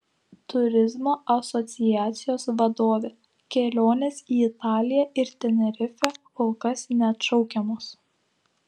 turizmo asociacijos vadovė kelionės į italiją ir tenerifę kol kas neatšaukiamos